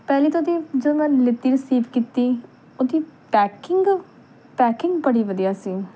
ਪਹਿਲਾਂ ਤਾਂ ਜੀ ਜਦੋਂ ਮੈਂ ਲਿੱਤੀ ਰਿਸੀਵ ਕੀਤੀ ਉਹਦੀ ਪੈਕਿੰਗ ਪੈਕਿੰਗ ਬੜੀ ਵਧੀਆ ਸੀ